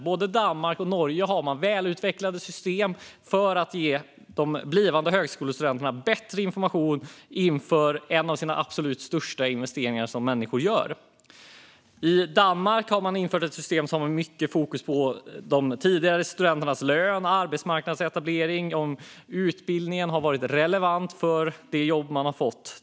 Både Danmark och Norge har väl utvecklade system för att ge de blivande högskolestudenterna bättre information inför en av de absolut största investeringarna de kan göra. I Danmark har man infört ett system med fokus på bland annat tidigare studenters lön och arbetsmarknadsetablering och om utbildningen har varit relevant för det jobb man har fått.